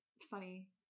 funny